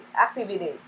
activity